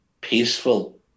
peaceful